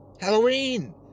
Halloween